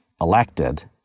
elected